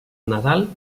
nadal